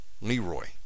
Leroy